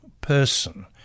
person